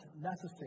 necessary